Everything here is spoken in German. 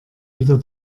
wieder